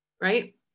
right